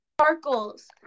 sparkles